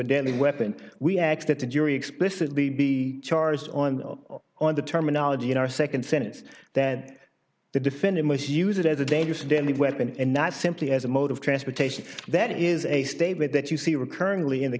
a deadly weapon we aks that the jury explicitly be charged on on the terminology in our nd sentence that the defendant was use it as a dangerous deadly weapon and not simply as a mode of transportation that is a statement that you see recurrently in th